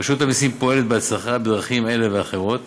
רשות המסים פועלת בהצלחה בדרכים אלה ואחרות